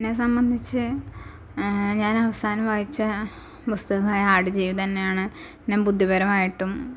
എന്നെ സമ്പന്ധിച്ച് ഞാനവസാനം വായിച്ച പുസ്തകായ ആട്ജീവിതം തന്നെയാണ് ബുദ്ധിപരമായിട്ടും